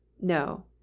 No